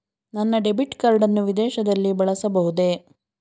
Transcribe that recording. ನನ್ನ debit card ಅನ್ನು ವಿದೇಶದಲ್ಲಿ ಬಳಸಬಹುದೇ?